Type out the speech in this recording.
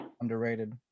underrated